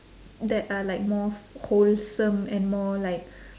that are like more wholesome and more like